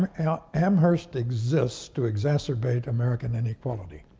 um ah amherst exists to exacerbate american inequality.